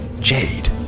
Jade